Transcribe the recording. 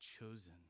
chosen